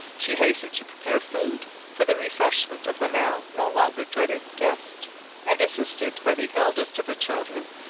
she hastened to prepare food for the refreshment of the now no longer dreaded guest and, assisted by the eldest of her children,